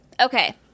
okay